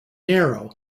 narrow